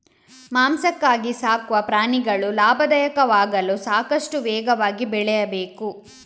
ಮಾಂಸಕ್ಕಾಗಿ ಸಾಕುವ ಪ್ರಾಣಿಗಳು ಲಾಭದಾಯಕವಾಗಲು ಸಾಕಷ್ಟು ವೇಗವಾಗಿ ಬೆಳೆಯಬೇಕು